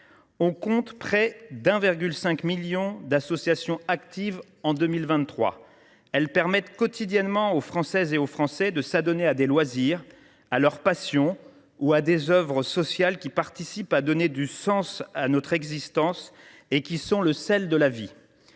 On comptait près de 1,5 million d’associations actives en 2023. Elles permettent quotidiennement aux Françaises et aux Français de s’adonner à des loisirs, à leurs passions ou à des œuvres sociales qui contribuent à donner du sens à notre existence et qui sont le sel de la vie.